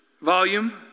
volume